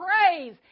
praise